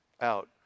out